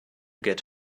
get